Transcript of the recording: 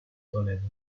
toledo